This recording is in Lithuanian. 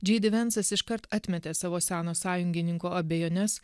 džei di vencas iškart atmetė savo seno sąjungininko abejones